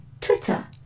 Twitter